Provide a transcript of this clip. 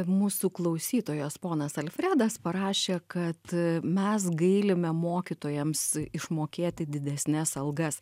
mūsų klausytojas ponas alfredas parašė kad mes gailime mokytojams išmokėti didesnes algas